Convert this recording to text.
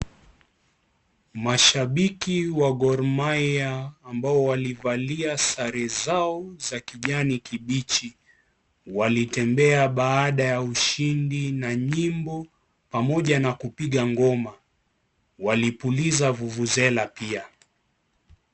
Mashabiki wa Gormahia ambao walivalia sare zao za kijani kibichi walitembea baada ya ushindi na nyimbo pamoja na kupiga ngoma. Walipuliza vuvuzela pia.